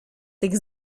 tych